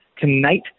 tonight